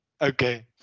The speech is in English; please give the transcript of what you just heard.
Okay